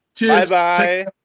Bye-bye